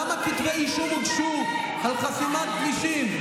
שבו אני שואל אותה: כמה כתבי אישום הוגשו על חסימת כבישים?